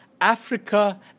Africa